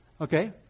Okay